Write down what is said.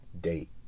date